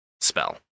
spell